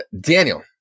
Daniel